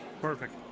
Perfect